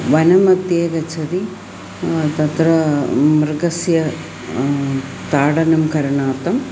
वनस्य मध्ये गच्छति तत्र मृगस्य ताडनकरणार्थं